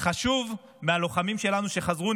חשוב מהלוחמים שלנו שחזרו,